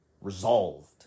Resolved